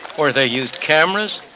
where they used cameras,